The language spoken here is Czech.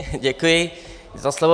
Děkuji za slovo.